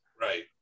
Right